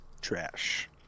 Trash